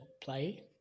play